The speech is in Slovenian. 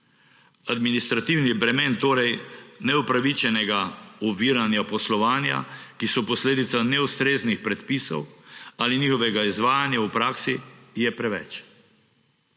Administrativnih bremen, torej neupravičenega oviranja poslovanja, ki so posledica neustreznih predpisov ali njihovega izvajanja v praksi, je preveč.